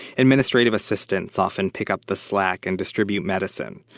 administrative assistants often pick up the slack and distribute medicine.